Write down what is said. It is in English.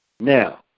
Now